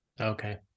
Okay